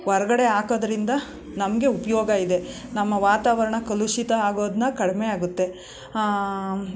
ಹೊರಗಡೆ ಹಾಕೋದರಿಂದ ನಮಗೆ ಉಪಯೋಗ ಇದೆ ನಮ್ಮ ವಾತಾವರಣ ಕಲುಷಿತ ಆಗೋದನ್ನ ಕಡಿಮೆಯಾಗುತ್ತೆ